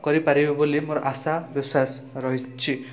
କରିପାରିବି ବୋଲି ମୋର ଆଶାବିଶ୍ୱାସ ରହିଛି